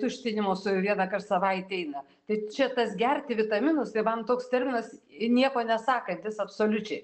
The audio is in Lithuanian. tuštinimosi vienąkart savaitėj eina tai čia tas gerti vitaminus tai man toks terminas ir nieko nesakantis absoliučiai